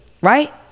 Right